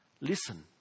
Listen